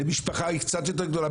משפחה היא קצת יותר גדולה,